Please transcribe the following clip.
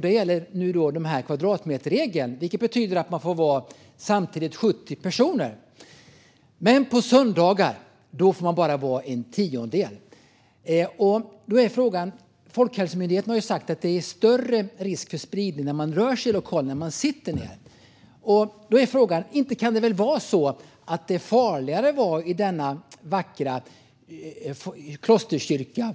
Där gäller nu kvadratmeterregeln, vilket betyder att det samtidigt får vara 70 personer där. Men på söndagar får det bara vara en tiondel så många. Folkhälsomyndigheten har sagt att det finns en större risk för spridning när man rör sig i en lokal än när man sitter ned. Frågan är därför om det verkligen kan vara farligare att vara i denna vackra klosterkyrka